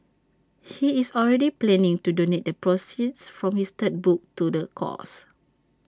he is already planning to donate the proceeds from his third book to the cause